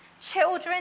children